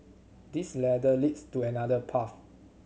this ladder leads to another path